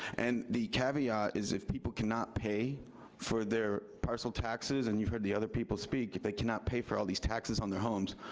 and the caveat is if people cannot pay for their parcel taxes, and you've heard the other people speak, if they cannot pay for all these taxes on their homes,